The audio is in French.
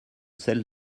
celles